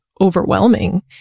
overwhelming